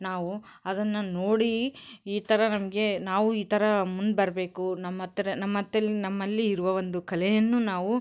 ನಾವು ಅದನ್ನು ನೋಡಿ ಈ ಥರ ನಮಗೆ ನಾವು ಈ ಥರ ಮುಂದೆ ಬರಬೇಕು ನಮ್ಮ ಹತ್ರ ನಮ್ಮ ನಮ್ಮಲ್ಲಿ ಇರುವ ಒಂದು ಕಲೆಯನ್ನು ನಾವು